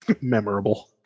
memorable